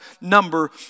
number